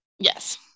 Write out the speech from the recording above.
yes